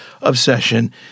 obsession